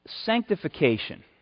Sanctification